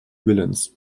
willens